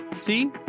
See